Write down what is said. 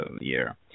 year